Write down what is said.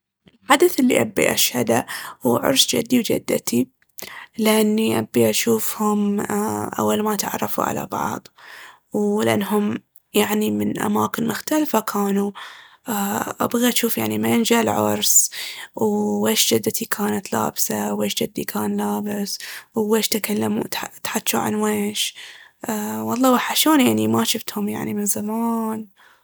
الحدث الي ابي أشهده هو عرس جدي وجدتي، لأني ابي اشوفهم اول ما تعرفوا على بعض. ولأنهم يعني من أماكن مختلفة كانوا، أ- ابغي يعني اجوف من جه العرس وويش جدتي كانت لابسة ويش جدي كان لابس. وويش تكلموا، ت- تحجوا عن ويش، أ- والله وحشوني اني ما شفتهم يعني من زمان.